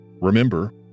Remember